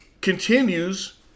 continues